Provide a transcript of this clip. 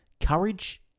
Courage